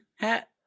hat